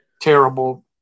terrible